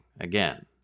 again